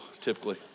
typically